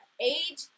age